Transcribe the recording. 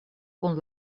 kun